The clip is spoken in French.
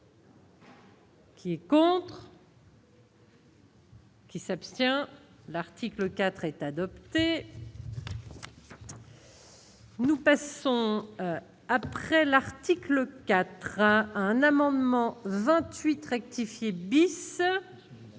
qui est pour. Qui s'abstient, l'article 4 est adopté. Nous passons après l'article IV un amendement 28 rectifier bis.